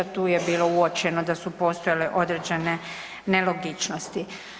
Tu je bilo uočeno da su postojale određene nelogičnosti.